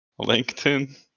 LinkedIn